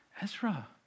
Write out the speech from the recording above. Ezra